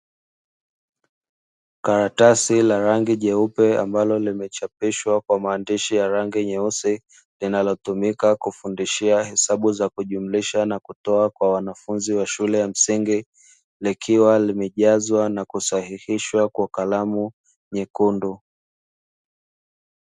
Karatasi la rangi jeupe ambalo limechapishwa kwa maandishi ya rangi nyeusi, linalotumika kufundishia hesabu za kujumlusha na kutoa kwa wanafunzi wa shule ya msingi likiwa limejazwa nakusahihishwa kwa kalamu nyekundu.